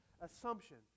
assumption